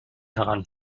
heran